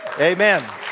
Amen